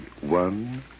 one